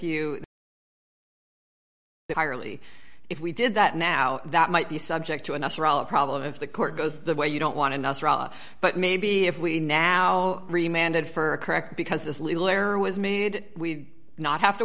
harley if we did that now that might be subject to another all a problem if the court goes the way you don't want to nostra but maybe if we now remained for correct because this little error was made we'd not have to